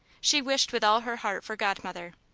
she wished with all her heart for godmother.